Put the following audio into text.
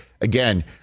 again